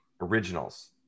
originals